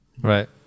Right